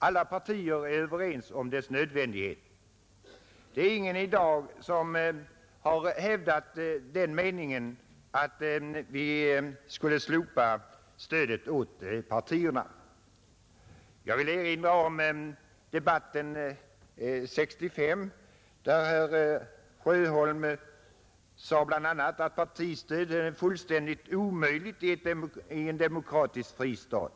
Alla partier är överens om dess nödvändighet; det är ingen i dag som har hävdat den meningen att vi skulle slopa stödet åt partierna. Jag vill erinra om debatten 1965, där herr Sjöholm bl.a. sade att partistöd är fullständigt omöjligt i en demokratisk fri stat.